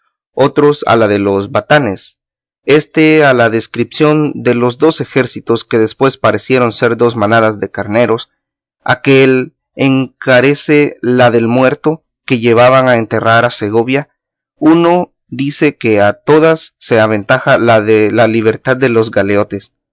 otros a la de los batanes éste a la descripción de los dos ejércitos que después parecieron ser dos manadas de carneros aquél encarece la del muerto que llevaban a enterrar a segovia uno dice que a todas se aventaja la de la libertad de los galeotes